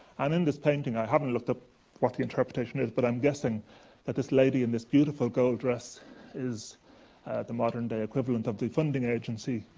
and in this painting i haven't looked up what the interpretation is, but i'm guessing that this lady in this beautiful gold dress is the modern-day equivalent of the funding agency,